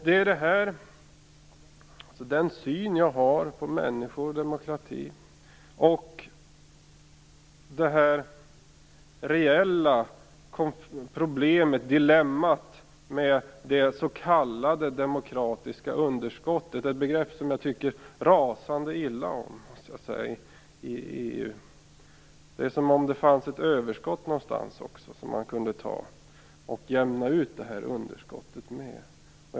Det är den syn jag har på människor och demokrati och på det reella problemet, dilemmat, med det s.k. demokratiska underskottet - ett begrepp i EU som jag tycker rasande illa om. Det är som om det också fanns ett överskott någonstans som man kunde ta av och jämna ut underskottet med.